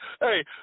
Hey